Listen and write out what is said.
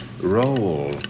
Roll